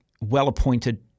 well-appointed